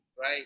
right